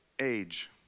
age